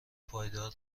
پایدار